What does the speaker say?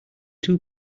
two